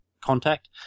contact